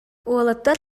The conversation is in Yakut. уолаттар